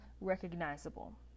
recognizable